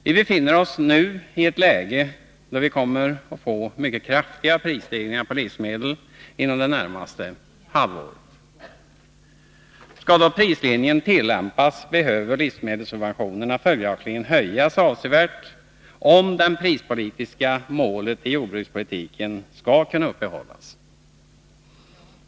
Vi befinner oss nu i ett läge då vi kommer att få mycket kraftiga prisstegringar på livsmedel inom det närmaste halvåret. Skall då prislinjen tillämpas, behöver livsmedelssubventionerna följaktligen höjas avsevärt om det prispolitiska målet i jordbrukspolitiken skall kunna upprätthållas.